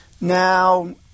Now